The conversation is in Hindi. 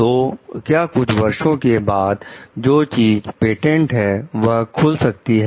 तो क्या कुछ वर्षों के बाद जो चीज पेटेंट है वह खुल सकती है